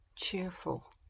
Cheerful